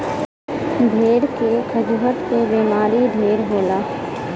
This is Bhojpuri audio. भेड़ के खजुहट के बेमारी ढेर होला